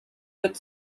wird